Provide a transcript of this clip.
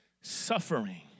suffering